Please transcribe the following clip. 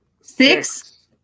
Six